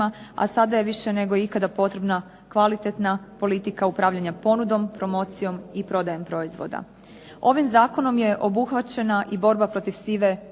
a sada je više nego ikada potrebna kvalitetna politika upravljanja ponudom, promocijom i prodajom proizvoda. Ovim zakonom je obuhvaćena i borba protiv sive ekonomije